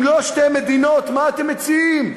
אם לא שתי מדינות, מה אתם מציעים?